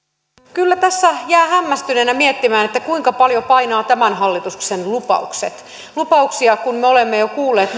kyllä tässä jää hämmästyneenä miettimään kuinka paljon painavat tämän hallituksen lupaukset lupauksia kun me olemme jo kuulleet